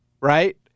right